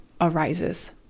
arises